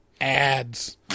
ads